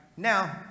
Now